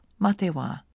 Matewa